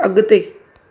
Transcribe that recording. अगि॒ते